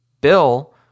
Bill